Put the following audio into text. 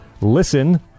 Listen